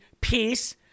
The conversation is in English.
peace